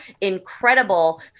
incredible